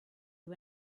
you